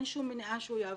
אין שום מניעה שהוא יעבוד.